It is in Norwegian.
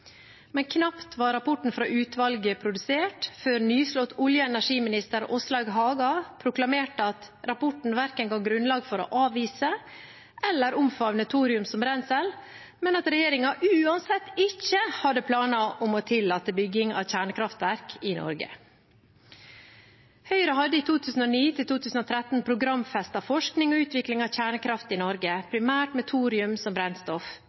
Men knapt var rapporten fra utvalget produsert, før nyslått olje- og energiminister Åslaug Haga proklamerte at rapporten ikke ga grunnlag for verken å avvise eller å omfavne thorium som brensel, men at regjeringen uansett ikke hadde planer om å tillate bygging av kjernekraftverk i Norge. Høyre hadde i 2009–2013 programfestet forskning og utvikling av kjernekraft i Norge, primært med thorium som brennstoff.